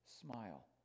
smile